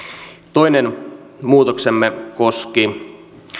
toinen muutoksemme koski